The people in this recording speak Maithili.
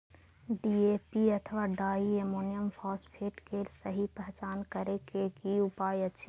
डी.ए.पी अथवा डाई अमोनियम फॉसफेट के सहि पहचान करे के कि उपाय अछि?